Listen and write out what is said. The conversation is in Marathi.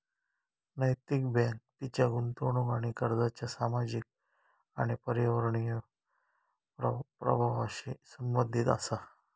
नैतिक बँक तिच्या गुंतवणूक आणि कर्जाच्या सामाजिक आणि पर्यावरणीय प्रभावांशी संबंधित असा